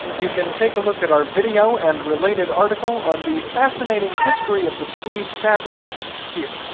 you can take a look at our video and related article on the fascinating history of the tweed fabric here.